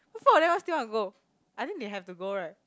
four of them why still want to go I think they have to go right